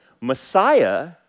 Messiah